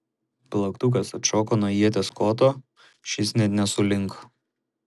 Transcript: plaktukas atšoko nuo ieties koto šis net nesulinko